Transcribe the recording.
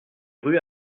rue